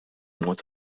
mod